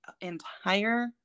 entire